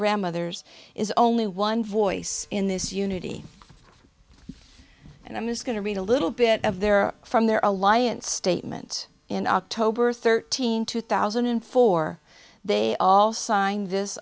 grandmothers is only one voice in this unity and i'm just going to read a little bit of their from their alliance statement in october thirteenth two thousand and four they all signed this